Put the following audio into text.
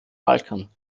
balkan